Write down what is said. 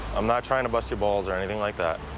i'm not trying to bust your balls or anything like that.